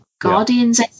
guardians